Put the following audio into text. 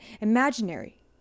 imaginary